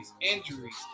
injuries